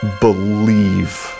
believe